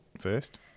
First